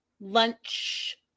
lunch